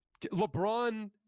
LeBron